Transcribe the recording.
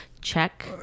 Check